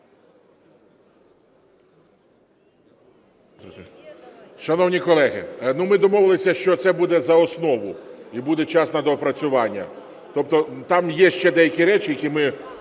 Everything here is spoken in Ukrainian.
Шановні колеги, ми домовилися, що це буде за основу і буде час на доопрацювання. Тобто там є ще деякі речі, які ми